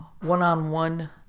one-on-one